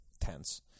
tense